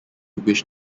wish